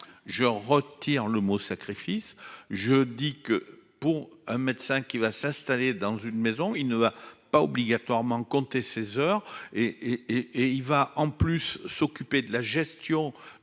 je retire le mot sacrifice. Je dis que pour un médecin qui va s'installer dans une maison, il ne va pas obligatoirement compter ses heures et et et il va en plus s'occuper de la gestion